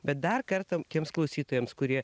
bet dar kartą tiems klausytojams kurie